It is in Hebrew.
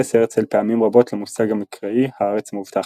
התייחס הרצל פעמים רבות למושג המקראי הארץ המובטחת.